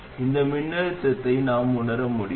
gate ஒரு நிலையான மின்னழுத்தத்துடன் இணைக்கப்பட்டுள்ளது